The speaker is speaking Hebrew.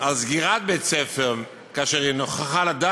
על סגירת בית-ספר כאשר היא נוכחת,